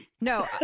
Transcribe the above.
No